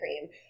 cream